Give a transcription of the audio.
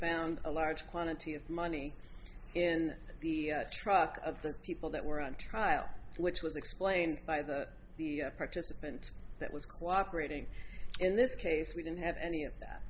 found a large quantity of money in the truck of the people that were on trial which was explained by the the participant that was cooperated in this case we don't have any of that